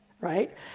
right